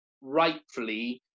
rightfully